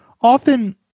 often